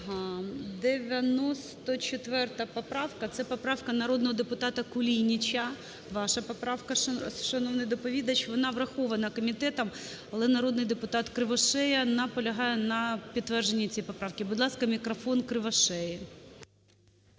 94 поправка. Це поправка народного депутата Кулініча. Ваша поправка, шановний доповідач. Вона врахована комітетом, але народний депутат Кривошея наполягає на підтвердженні цієї поправки. Будь ласка, мікрофон Кривошеї.